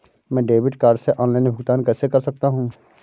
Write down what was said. मैं debit card से online भुगतान कैसे कर सकता हूँ?